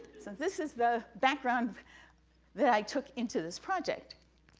so, this is the background that i took into this project,